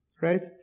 Right